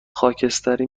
خاکستری